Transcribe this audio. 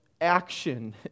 action